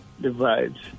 divides